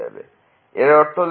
এর অর্থ হলো fc0